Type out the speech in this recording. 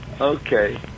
Okay